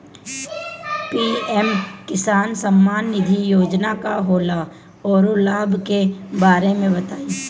PM किसान सम्मान निधि योजना का होला औरो लाभ के बारे में बताई?